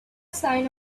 sign